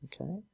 Okay